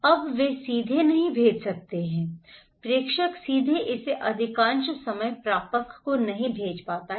अब वे सीधे नहीं भेज सकते हैं प्रेषक सीधे इसे अधिकांश समय प्रापक को नहीं भेज सकता है